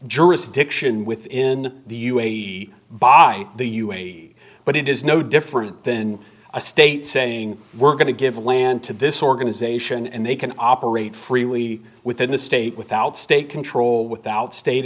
jurisdiction within the u a e by the u a e but it is no different than a state saying we're going to give land to this organization and they can operate freely within the state without state control without state